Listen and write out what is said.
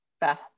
Beth